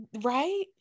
right